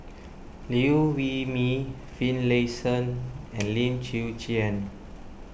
Liew Wee Mee Finlayson and Lim Chwee Chian